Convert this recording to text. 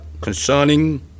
concerning